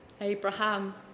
Abraham